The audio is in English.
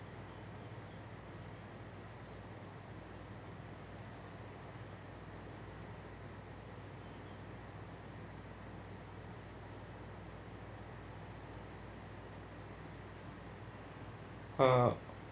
uh